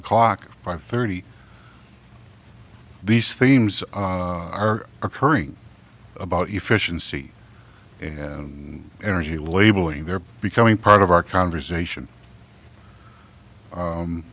o'clock five thirty these themes are occurring about efficiency and energy labeling they're becoming part of our conversation